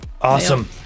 awesome